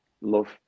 love